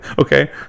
okay